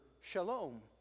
shalom